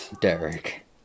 Derek